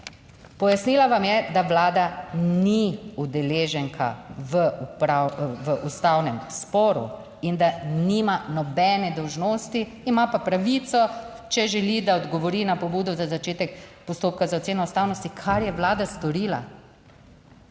Pojasnila vam je, da Vlada ni udeleženka v ustavnem sporu in da nima nobene dolžnosti, ima pa pravico, če želi, da odgovori na pobudo za začetek postopka za oceno ustavnosti, kar je vlada storila.